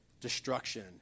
destruction